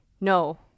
no